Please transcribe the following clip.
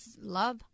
love